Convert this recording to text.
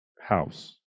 house